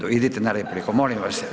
Idite na repliku molim vas.